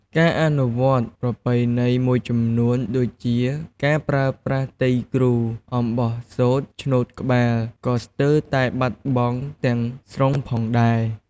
ការអនុវត្តន៍ប្រពៃណីមួយចំនួន ដូចជាការប្រើប្រាស់ "ទៃគ្រូ" អំបោះសូត្រឈ្នួតក្បាល ក៏ស្ទើរតែបាត់បង់ទាំងស្រុងផងដែរ។